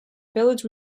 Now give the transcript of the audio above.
village